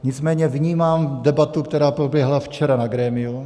Nicméně vnímám debatu, která proběhla včera na grémiu.